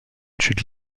chute